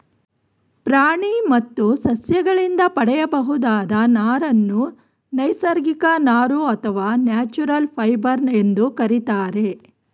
ಪ್ರಾಣಿ ಮತ್ತು ಸಸ್ಯಗಳಿಂದ ಪಡೆಯಬಹುದಾದ ನಾರನ್ನು ನೈಸರ್ಗಿಕ ನಾರು ಅಥವಾ ನ್ಯಾಚುರಲ್ ಫೈಬರ್ ಎಂದು ಕರಿತಾರೆ